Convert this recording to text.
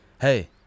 hey